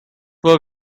were